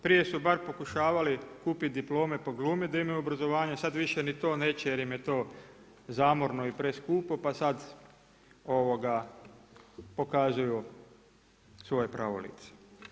Prije su bar pokušavali kupiti diplome pa glumit da imaju obrazovanje sad više ni to neće jer im je to zamorno i preskupo pa sad pokazuju svoje pravo lice.